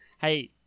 Hey